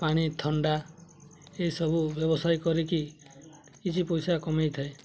ପାଣି ଥଣ୍ଡା ଏସବୁ ବ୍ୟବସାୟ କରିକି କିଛି ପଇସା କମାଇଥାଏ